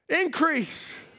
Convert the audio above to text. Increase